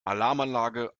alarmanlage